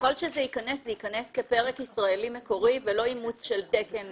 ככל שזה ייכנס זה ייכנס כפרק ישראלי מקורי ולא אימוץ של תקן